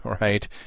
right